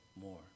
more